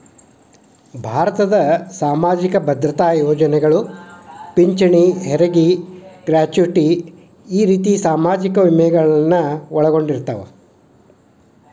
ಭಾರತದ್ ಸಾಮಾಜಿಕ ಭದ್ರತಾ ಯೋಜನೆಗಳು ಪಿಂಚಣಿ ಹೆರಗಿ ಗ್ರಾಚುಟಿ ಈ ರೇತಿ ಸಾಮಾಜಿಕ ವಿಮೆಗಳನ್ನು ಒಳಗೊಂಡಿರ್ತವ